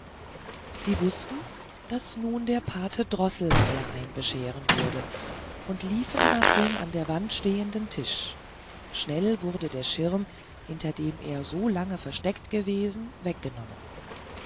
sie wußten daß nun der pate droßelmeier einbescheren würde und liefen nach dem an der wand stehenden tisch schnell wurde der schirm hinter dem er so lange versteckt gewesen weggenommen